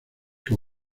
que